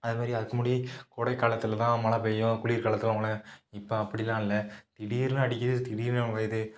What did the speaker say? அதுமாதிரி அதுக்கு முன்னாடி கோடைகாலத்தில் தான் மழை பெய்யும் குளிர்காலத்தில் தான் மழை இப்போ அப்படிலாம் இல்லை திடீரெனு அடிக்குது திடீரெனு ஓயுது